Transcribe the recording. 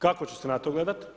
Kako će se na to gledati?